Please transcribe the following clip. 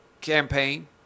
campaign